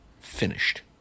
finished